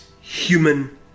human